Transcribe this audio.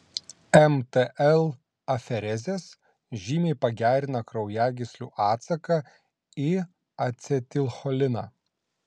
mtl aferezės žymiai pagerina kraujagyslių atsaką į acetilcholiną